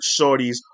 shorties